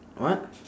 what